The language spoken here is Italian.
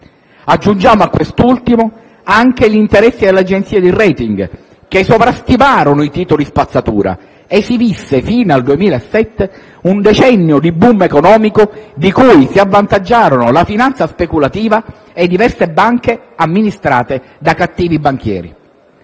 Aggiungiamo a quest'ultimo anche gli interessi delle agenzie di *rating* che sovrastimarono i titoli spazzatura e si visse, fino al 2007, un decennio di *boom* economico di cui si avvantaggiarono la finanza speculativa e diverse banche amministrate da cattivi banchieri.